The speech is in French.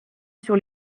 sur